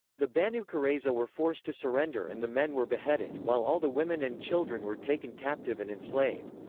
the banu qurayza were forced to surrender and the men were beheaded, while all the women and children were taken captive and enslaved.